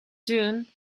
tune